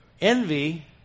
Envy